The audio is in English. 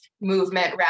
movement